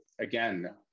again